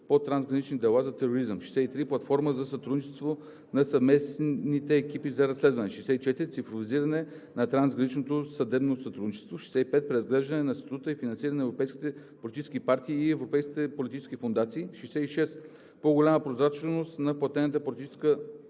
по трансгранични дела за тероризъм. 63. Платформа за сътрудничество на съвместните екипи за разследване. 64. Цифровизиране на трансграничното съдебно сътрудничество. 65. Преразглеждане на статута и финансирането на европейските политически партии и европейските политически фондации. 66. По-голяма прозрачност на платената политическа